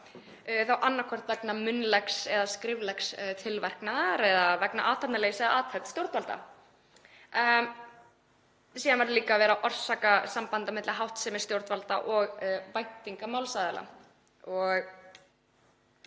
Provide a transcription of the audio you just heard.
þá annaðhvort vegna munnlegs eða skriflegs tilverknaðar eða vegna athafnaleysis eða athafna stjórnvalda. Síðan verður líka að vera orsakasamband á milli háttsemi stjórnvalda og væntinga málsaðila. Ég